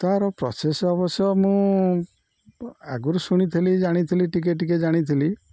ତା'ର ପ୍ରସେସ୍ ଅବଶ୍ୟ ମୁଁ ଆଗରୁ ଶୁଣିଥିଲି ଜାଣିଥିଲି ଟିକେ ଟିକେ ଜାଣିଥିଲି